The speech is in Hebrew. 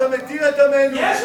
אתה מתיר את דמנו.